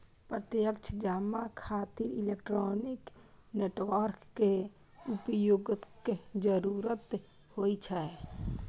प्रत्यक्ष जमा खातिर इलेक्ट्रॉनिक नेटवर्क के उपयोगक जरूरत होइ छै